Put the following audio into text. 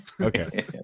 Okay